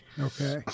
Okay